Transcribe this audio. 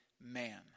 man